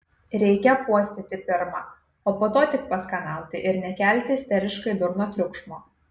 reikia apuostyti pirma o po to tik paskanauti ir nekelti isteriškai durno triukšmo